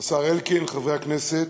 השר אלקין, חברי הכנסת,